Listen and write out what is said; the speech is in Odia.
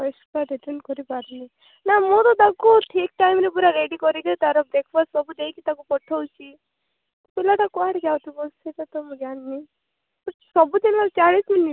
ପଇସା ରିଟର୍ନ କରିପାରିନି ନା ମୁଁ ତାଙ୍କୁ ଠିକ୍ ଟାଇମ୍ ରେ ପୁରା ରେଡ଼ି କରିକି ତା'ର ବ୍ରେକ୍ଫାଷ୍ଟ ସବୁ ଦେଇକି ତାକୁ ପଠଉଛି ପିଲାଟା କୁଆଡ଼େ ଯାଉଥିବ ସେକଥା ମୁଁ ଜାଣିନି ସବୁଦିନ ଚାହିଁଥିନି